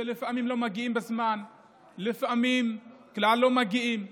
שלפעמים לא מגיעים בזמן ולפעמים כלל לא מגיעים.